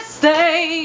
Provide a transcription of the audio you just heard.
stay